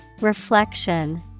Reflection